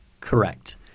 Correct